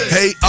Hey